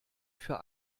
für